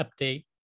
update